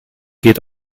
geht